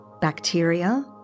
Bacteria